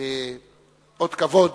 אות כבוד